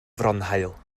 fronhaul